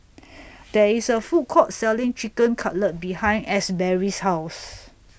There IS A Food Court Selling Chicken Cutlet behind Asberry's House